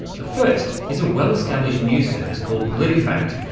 the first is a well established news service called politifact,